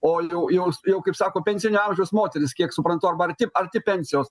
o jau jau jau kaip sako pensinio amžiaus moteris kiek suprantu arba arti arti pensijos